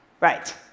right